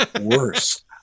worse